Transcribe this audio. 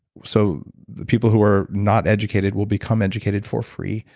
so the people who are not educated will become educated for free.